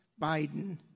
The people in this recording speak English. Biden